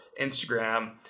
Instagram